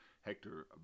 Hector